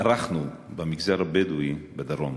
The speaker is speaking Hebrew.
שערכנו במגזר הבדואי בדרום